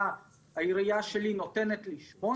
העירייה שלי נותנת לי 8,